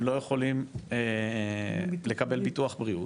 הם לא יכולים לקבל ביטוח בריאות.